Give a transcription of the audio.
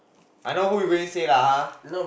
I know who you going say lah !huh!